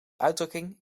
uitdrukking